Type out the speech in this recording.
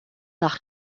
nach